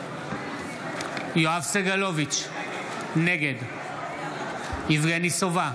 בעד יואב סגלוביץ' נגד יבגני סובה,